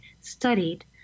studied